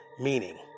meaning